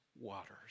waters